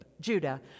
Judah